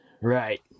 Right